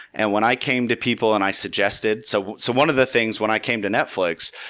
and when i came to people and i suggested so so one of the things, when i came to netflix,